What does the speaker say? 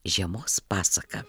žiemos pasaka